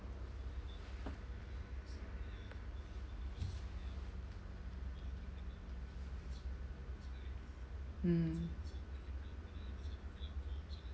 mm